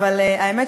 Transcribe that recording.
האמת,